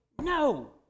no